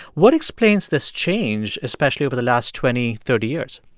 what explains this change, especially over the last twenty, thirty years?